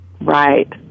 right